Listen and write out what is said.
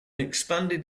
expanded